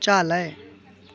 चालय